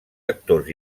actors